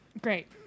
Great